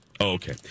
Okay